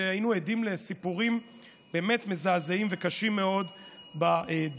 והיינו עדים לסיפורים באמת מזעזעים וקשים מאוד בדרך,